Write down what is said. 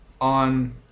on